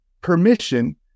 permission